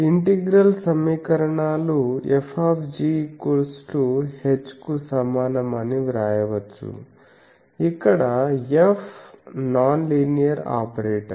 integral సమీకరణాలు F h కు సమానం అని వ్రాయవచ్చు ఇక్కడ F నాన్ లీనియర్ ఆపరేటర్